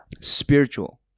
spiritual